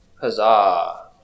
Huzzah